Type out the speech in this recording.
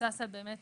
מבוסס על הרבה